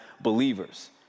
believers